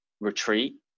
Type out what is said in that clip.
retreat